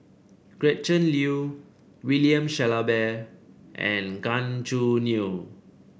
Gretchen Liu William Shellabear and Gan Choo Neo